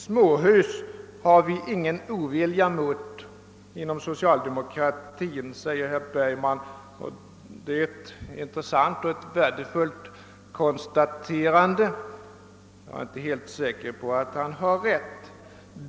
Småhus har man ingen ovilja mot inom socialdemokratin, säger herr Bergman vidare. Det är ett intressant och värdefullt konstaterande, men jag är inte helt säker på att han har rätt.